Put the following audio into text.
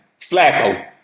Flacco